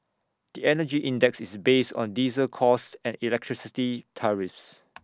the Energy Index is based on diesel costs and electricity tariffs